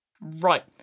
Right